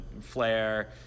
Flair